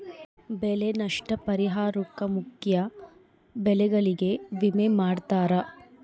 ಬೆಳೆ ನಷ್ಟ ಪರಿಹಾರುಕ್ಕ ಮುಖ್ಯ ಬೆಳೆಗಳಿಗೆ ವಿಮೆ ಮಾಡ್ತಾರ